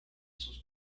sus